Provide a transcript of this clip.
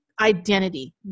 identity